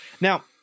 Now